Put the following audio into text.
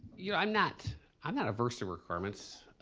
you know, i'm not i'm not averse to requirements.